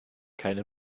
keine